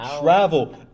travel